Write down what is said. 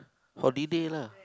holiday lah